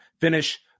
finish